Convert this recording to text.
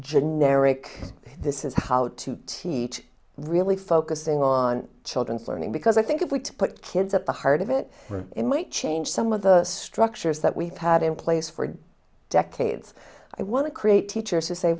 generic this is how to teach really focusing on children's learning because i think if we put kids at the heart of it it might change some of the structures that we've had in place for decades i want to create teachers who say